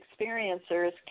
experiencers